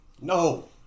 No